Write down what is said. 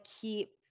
keep